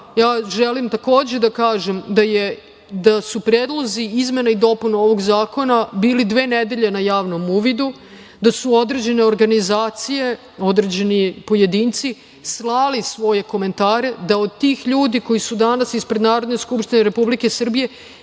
želim da kažem da su predlozi izmena i dopuna ovog zakona bili dve nedelje na javnom uvidu, da su određene organizacije, određeni pojedinci, slali svoje komentare da od tih ljudi koji su danas ispred Narodne skupštine Republike Srbije